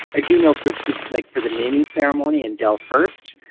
ah do know for so like for the naming ceremony in del first.